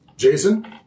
Jason